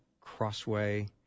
Crossway